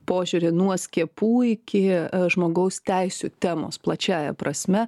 požiūrį nuo skiepų iki žmogaus teisių temos plačiąja prasme